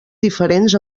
diferents